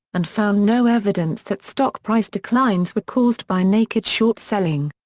and found no evidence that stock price declines were caused by naked short selling.